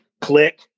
Click